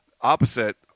opposite